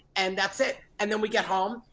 and that's it. and then we get home,